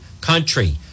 country